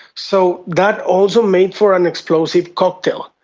so that also made for an explosive cocktail.